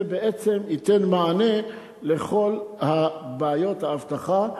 זה בעצם ייתן מענה לכל בעיות האבטחה.